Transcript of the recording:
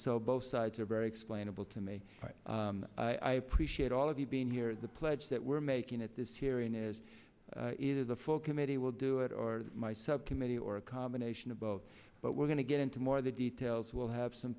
so both sides are very explainable to me but i appreciate all of you being here the pledge that we're making at this hearing is either the full committee will do it or my subcommittee or a combination of both but we're going to get into more the details we'll have some